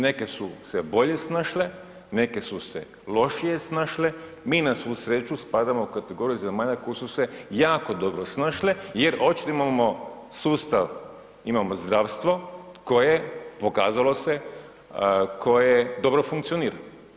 Neke su se bolje snašle, neke su se lošije snašle, mi na svu sreću spadamo u kategoriju zemalja koje su se jako dobro snašle jer očito imamo sustav, imamo zdravstvo koje je pokazalo se koje dobro funkcionira.